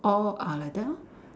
all are like that lor